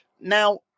Now